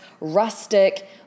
rustic